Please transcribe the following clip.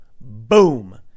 Boom